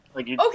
Okay